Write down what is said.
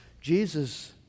Jesus